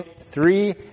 three